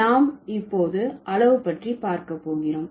நாம் இப்போது அளவு பற்றி பார்க்க போகிறோம்